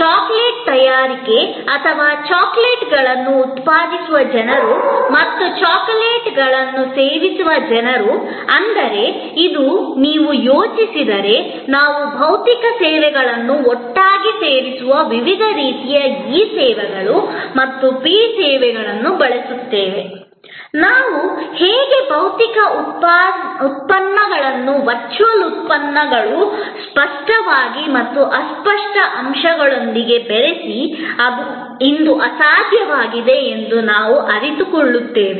chocolate ತಯಾರಿಕೆ ಅಥವಾ ಚಾಕೊಲೇಟ್ಗಳನ್ನು ಉತ್ಪಾದಿಸುವ ಜನರು ಮತ್ತು ಚಾಕೊಲೇಟ್ಗಳನ್ನು ಸೇವಿಸುವ ಜನರು ಆದರೆ ಇಂದು ನೀವು ಯೋಚಿಸಿದರೆ ನಾವು ಭೌತಿಕ ಸೇವೆಗಳನ್ನು ಒಟ್ಟಿಗೆ ಸೇರಿಸುವ ವಿವಿಧ ರೀತಿಯ ಇ ಸೇವೆಗಳು ಮತ್ತು ಪಿ ಸೇವೆಗಳನ್ನು ಬಳಸುತ್ತೇವೆ ನಾವು ಹೇಗೆ ಭೌತಿಕ ಉತ್ಪನ್ನಗಳನ್ನು ವರ್ಚುವಲ್ ಉತ್ಪನ್ನಗಳು ಸ್ಪಷ್ಟವಾದ ಮತ್ತು ಅಸ್ಪಷ್ಟ ಅಂಶಗಳೊಂದಿಗೆ ಬೆರೆಸಿ ಅದು ಇಂದು ಅಸಾಧ್ಯವಾಗಿದೆ ಎಂದು ನಾವು ಅರಿತುಕೊಳ್ಳುತ್ತೇವೆ